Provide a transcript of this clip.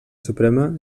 suprema